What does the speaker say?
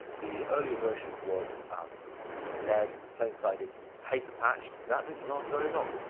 the earlier version was lead, plain-sided, paper-patch that didn't last very long.